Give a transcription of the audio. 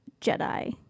Jedi